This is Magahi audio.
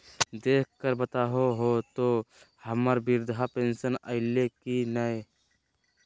देख कर बताहो तो, हम्मर बृद्धा पेंसन आयले है की नय?